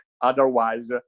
Otherwise